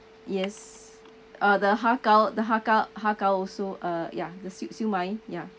yes uh the har gow the har gow har gow also uh ya the siew siew mai ya